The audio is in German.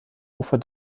ufer